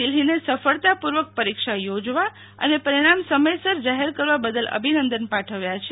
દિલ્હી ને સફળતા પુ ર્વક પરીક્ષા યોજવા અને પરિણામ સમયસર જાહેર કરવા બદલ અભિનંદન પાઠવ્યા છે